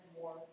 more